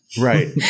Right